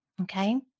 okay